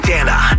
Dana